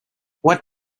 what